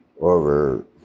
over